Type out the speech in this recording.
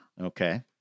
Okay